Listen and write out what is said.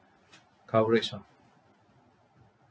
coverage ah